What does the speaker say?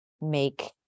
make